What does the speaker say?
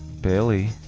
Bailey